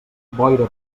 boira